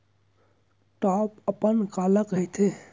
Top अपन काला कहिथे?